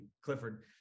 Clifford